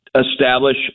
establish